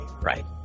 Right